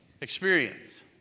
experience